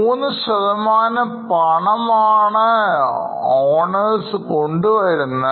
മൂന്ന് ശതമാനം പണമാണ് ഓണേഴ്സ് കൊണ്ടുവരുന്നത്